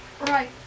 Right